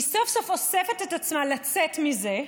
היא סוף-סוף אוספת את עצמה לצאת מזה,